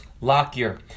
Lockyer